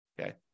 Okay